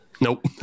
Nope